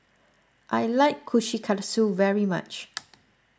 I like Kushikatsu very much